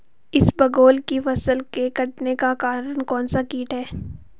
इसबगोल की फसल के कटने का कारण कौनसा कीट है?